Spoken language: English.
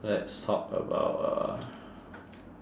let's talk about uh